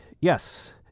Yes